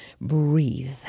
Breathe